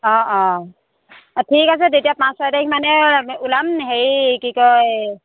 অ অ ঠিক আছে তেতিয়া পাঁচ ছয় তাৰিখ মানে ওলাম হেৰি কি কয়